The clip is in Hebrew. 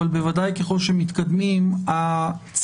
אבל בוודאי ככל שמתקדמים הצמצום,